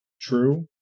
true